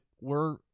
we're-